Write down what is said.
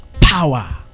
power